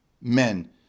men